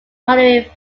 mallory